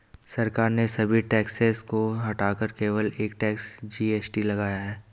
सरकार ने सभी टैक्सेस को हटाकर केवल एक टैक्स, जी.एस.टी लगाया है